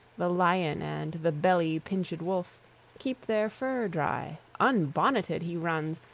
the lion and the belly-pinched wolf keep their fur dry, unbonneted he runs,